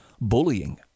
bullying